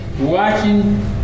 watching